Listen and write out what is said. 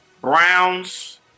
Browns